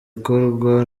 ikorwa